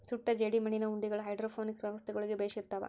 ಸುಟ್ಟ ಜೇಡಿಮಣ್ಣಿನ ಉಂಡಿಗಳು ಹೈಡ್ರೋಪೋನಿಕ್ ವ್ಯವಸ್ಥೆಗುಳ್ಗೆ ಬೆಶಿರ್ತವ